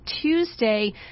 Tuesday